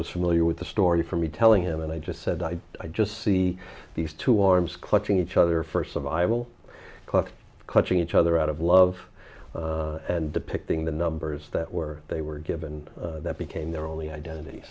was familiar with the story for me telling him and i just said i i just see these two arms clutching each other for survival clock clutching each other out of love and depicting the numbers that were they were given that became their only identit